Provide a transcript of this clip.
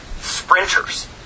sprinters